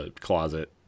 closet